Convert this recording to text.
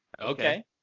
okay